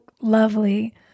lovely